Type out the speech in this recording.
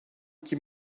iki